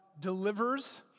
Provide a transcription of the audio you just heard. delivers